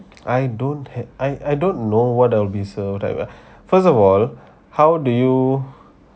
I don't have I I don't know what I will be served first of all how do you